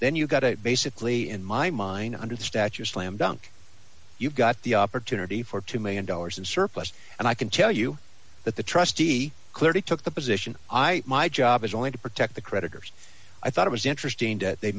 then you've got a basically in my mind under the statues slam dunk you've got the opportunity for two million dollars in surplus and i can tell you that the trustee clearly took the position i my job is only to protect the creditors i thought it was interesting that they